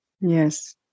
Yes